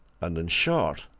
and, in short,